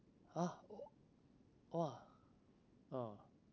!huh! !wah! orh